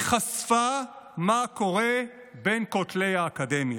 היא חשפה מה קורה בין כותלי האקדמיה.